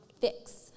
fix